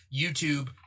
YouTube